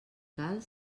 cal